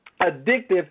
addictive